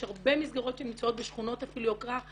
יש הרבה מסגרות שנמצאות אפילו בשכונות יוקרה.